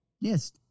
yes